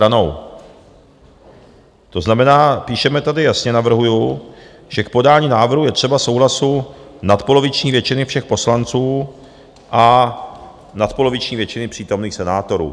To znamená, píšeme tady, jasně navrhuji, že k podání návrhu je třeba souhlasu nadpoloviční většiny všech poslanců a nadpoloviční většiny přítomných senátorů.